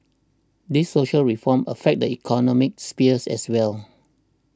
these social reforms affect the economic spheres as well